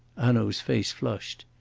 hanaud's face flushed.